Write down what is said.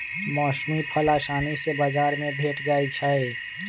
मौसमी फल असानी से बजार में भेंट जाइ छइ